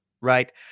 right